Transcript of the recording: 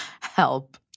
Help